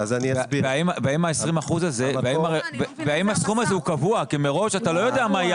ואם הסכום הזה הוא קבוע כי מראש אתה לא יודע מה יהיו